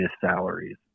salaries